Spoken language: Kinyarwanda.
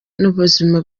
n’ubuzima